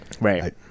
Right